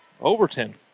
Overton